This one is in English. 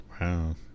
Wow